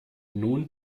nun